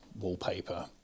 wallpaper